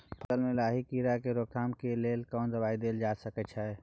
फसल में लाही कीरा के रोकथाम के लेल कोन दवाई देल जा सके छै?